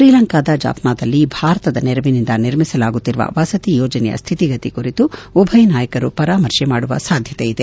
ಶ್ರೀಲಂಕಾದ ಜಾಫ್ನಾದಲ್ಲಿ ಭಾರತದ ನೆರವಿನಿಂದ ನಿರ್ಮಿಸಲಾಗುತ್ತಿರುವ ವಸತಿ ಯೋಜನೆಯ ಸ್ಥಿತಿಗತಿ ಕುರಿತು ಉಭಯ ನಾಯಕರು ಪರಾಮರ್ಶೆ ಮಾಡುವ ಸಾಧ್ಯತೆ ಇದೆ